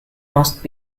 must